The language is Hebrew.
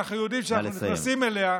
שאנחנו יודעים שאנחנו נכנסים אליה,